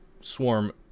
swarm